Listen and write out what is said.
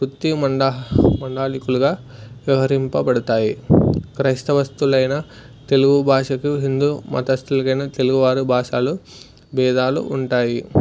వృత్తి మండ మండాలకులుగా వ్యవ వహరింపబడతాయి క్రైస్తవస్తువులైనా తెలుగు భాషకు హిందూ మతస్తులకైనా తెలుగువారు భాషాలు భేధాలు ఉంటాయి